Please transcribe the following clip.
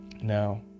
now